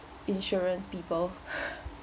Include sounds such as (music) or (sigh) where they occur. insurance people (breath)